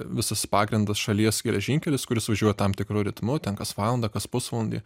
visas pagrindas šalies geležinkelis kuris važiuoja tam tikru ritmu ten kas valandą kas pusvalandį